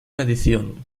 medición